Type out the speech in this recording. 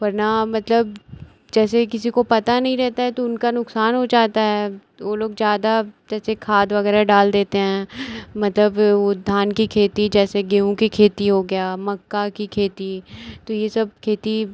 वरना मतलब जैसे किसी को पता नहीं रहता है तो उनका नुकसान हो जाता है तो वह लोग ज़्यादा जैसे खाद वग़ैरह डाल देते हैं मतलब वह धान की खेती जैसे गेहूँ की खेती हो गई मक्का की खेती तो यह सब खेती